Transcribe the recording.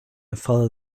follow